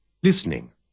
Listening